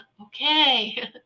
okay